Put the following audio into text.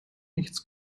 nichts